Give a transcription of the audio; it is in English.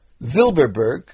Zilberberg